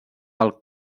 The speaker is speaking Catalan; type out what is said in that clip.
pel